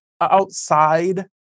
outside